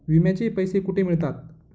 विम्याचे पैसे कुठे मिळतात?